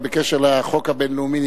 אבל בעניין החוק הבין-לאומי,